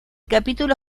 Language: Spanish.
capítulo